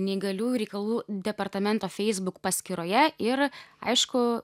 neįgaliųjų reikalų departamento feisbuk paskyroje ir aišku